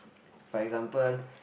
for example